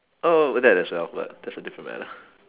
oh but that is a awkward that's a different matter